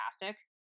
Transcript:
fantastic